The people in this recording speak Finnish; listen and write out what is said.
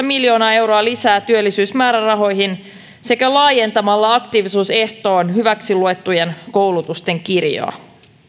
miljoonaa euroa lisää työllisyysmäärärahoihin sekä laajentamalla aktiivisuusehtoon hyväksi luettujen koulutusten kirjoa